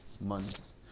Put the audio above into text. months